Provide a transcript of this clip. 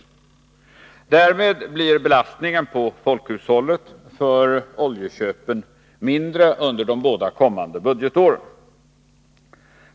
Därmed blir belastningen på folkhushållet för oljeköpen mindre under de båda kommande budgetåren.